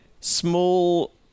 small